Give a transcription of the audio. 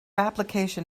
application